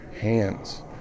hands